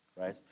right